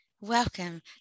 Welcome